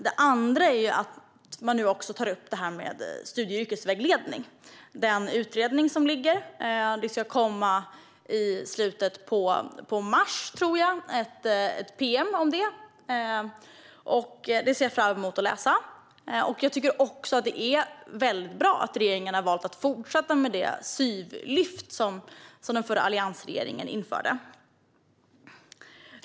Det andra är att man nu också tar upp detta med studie-och yrkesvägledning i den utredning som ligger. Det ska i slutet på mars, tror jag, komma ett pm om det, och det ser jag fram emot att läsa. Det är också bra att regeringen har valt att fortsätta med det SYV-lyft som den förra alliansregeringen införde.